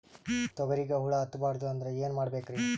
ತೊಗರಿಗ ಹುಳ ಹತ್ತಬಾರದು ಅಂದ್ರ ಏನ್ ಮಾಡಬೇಕ್ರಿ?